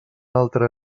altra